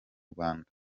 rwanda